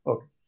Okay